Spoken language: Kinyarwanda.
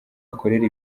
akorera